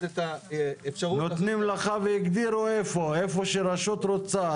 את האפשרות -- נותנים לך והגדירו איפה איפה שרשות רוצה,